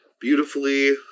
beautifully